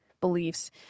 beliefs